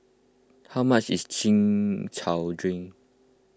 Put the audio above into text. how much is Chin Chow Drink